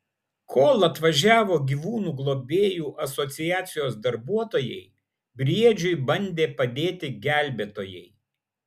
kol atvažiavo gyvūnų globėjų asociacijos darbuotojai briedžiui bandė padėti gelbėtojai